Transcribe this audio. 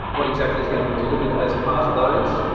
what exactly is going to be delivered as part of those?